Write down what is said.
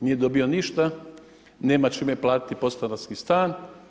Nije dobio ništa, nema čime platiti podstanarski stan.